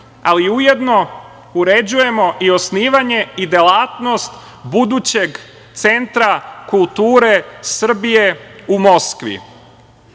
ali ujedno uređujemo i osnivanje i delatnost, budućeg centra kulture Srbije u Moskvi. Rusija